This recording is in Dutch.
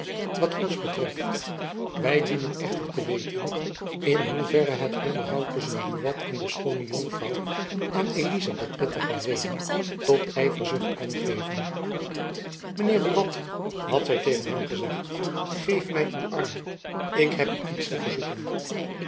elizabeth musch betreft wy dienen echter te weten in hoeverre het onderhoud tusschen buat en de schoone jonkvrouw aan elizabeth wettige reden tot yverzucht kon geven mijn heer buat had zy tegen hem gezegd geef my uw arm ik heb u iets te verzoeken